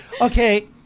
Okay